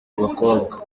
abakobwa